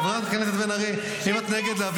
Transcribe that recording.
חברת הכנסת בן ארי, גם לך.